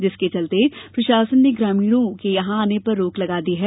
जिसके चलते प्रशासन ने ग्रामीणों के यहां जाने पर रोक लगा दी है